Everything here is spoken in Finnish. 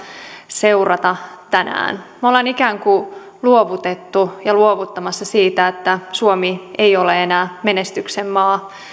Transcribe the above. seurata tänään me olemme ikään kuin luovuttaneet ja luovuttamassa niin että suomi ei ole enää menestyksen maa